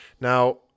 Now